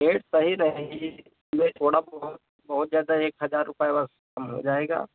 rate सही रहेगी उसमें थोड़ा बहुत बहुत ज़्यादा एक हज़ार रुपये बस कम हो जाएगा